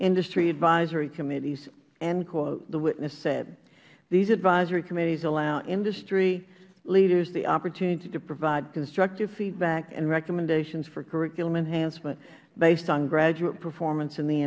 industry advisory committees the witness said these advisory committees allow industry leaders the opportunity to provide constructive feedback and recommendations for curriculum enhancement based on graduate performance in the